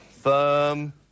Firm